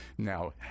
Now